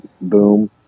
boom